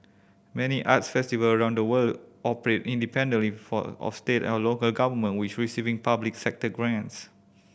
many arts festival around the world operate independently for or state and local government which receiving public sector grants